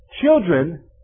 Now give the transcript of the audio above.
Children